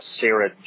Sarah